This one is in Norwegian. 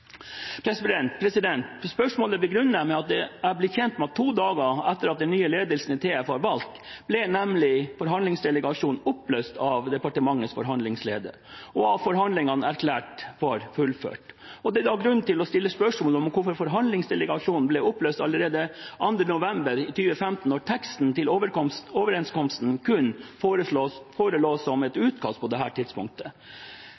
Spørsmålet begrunner jeg med at jeg er blitt kjent med at to dager etter at den nye ledelsen i TF var valgt, ble nemlig forhandlingsdelegasjonen oppløst av departementets forhandlingsleder og forhandlingene erklært fullført. Det er da grunn til å stille spørsmål om hvorfor forhandlingsdelegasjonen ble oppløst allerede 2. november 2015, når teksten til overenskomsten kun forelå som et